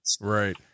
Right